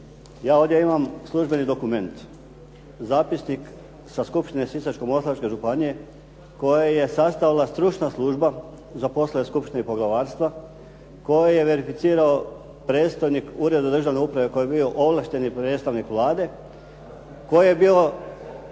Ja ovdje imam službeni dokument, zapisnik sa Skupštine Sisačko-moslavačke županije koji je sastavila stručna služba za poslove skupštine i poglavarstva koju je verificirao predstojnik Ureda državne uprave koji je bio ovlaštenik predstavnik Vlade, koji je bio